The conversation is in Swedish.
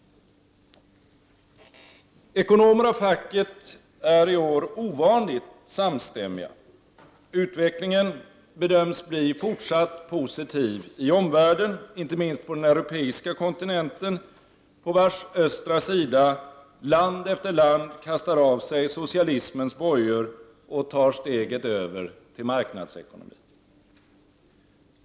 Ekonomer av facket är i år ovanligt samstämmiga. Utvecklingen bedöms bli fortsatt positiv i omvärlden, inte minst på den europeiska kontinenten, på vars östra sida land efter land kastar av sig socialismens bojor och tar steget över till marknadsekonomi.